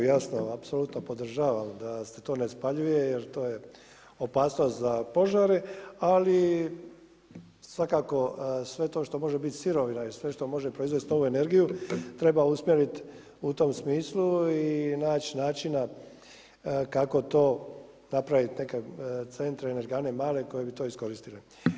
Jasno apsolutno podržavam da se to ne spaljuje jer to je opasnost za požare, ali svakako sve to što može biti sirovina i sve što može proizvesti novu energiju treba usmjeriti u tom smislu i naći načina kako napraviti neke centre, energane male koje bi to iskoristile.